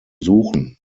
suchen